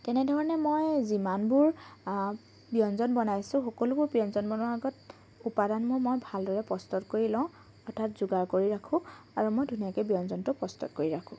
তেনেধৰণে মই যিমানবোৰ ব্যঞ্জন বনাইছো সকলোবোৰ ব্যঞ্জন বনোৱাৰ আগত উপাদানবোৰ মই ভালদৰে প্ৰস্তুত কৰি লওঁ অৰ্থাৎ যোগাৰ কৰি ৰাখো আৰু মই ধুনীয়াকৈ ব্যঞ্জনটো প্ৰস্তুত কৰি ৰাখো